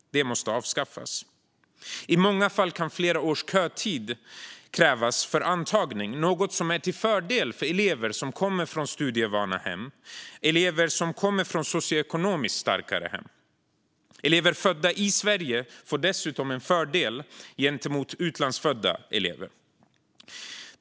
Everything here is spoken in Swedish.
Den måste avskaffas. I många fall kan flera års kötid krävas för antagning, något som är till fördel för elever som kommer från studievana och socioekonomiskt starkare hem. Elever födda i Sverige får dessutom en fördel gentemot utlandsfödda elever.